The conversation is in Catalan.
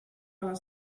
les